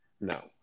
No